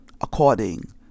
according